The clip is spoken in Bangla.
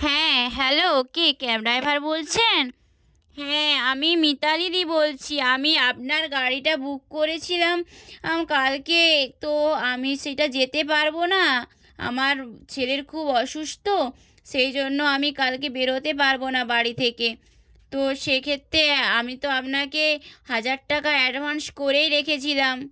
হ্যাঁ হ্যালো কে ক্যাব ড্রাইভার বলছেন হ্যাঁ আমি মিতালি দি বলছি আমি আপনার গাড়িটা বুক করেছিলাম কালকে তো আমি সেইটা যেতে পারব না আমার ছেলের খুব অসুস্থ সেই জন্য আমি কালকে বেরোতে পারব না বাড়ি থেকে তো সেক্ষেত্রে আমি তো আপনাকে হাজার টাকা অ্যাডভান্স করেই রেখেছিলাম